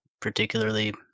particularly